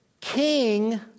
king